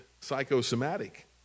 psychosomatic